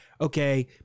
Okay